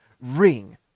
ring